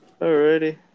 Alrighty